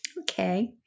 Okay